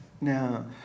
Now